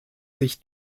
sich